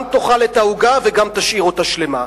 גם תאכל את העוגה וגם תשאיר אותה שלמה,